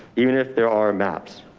even if there are maps.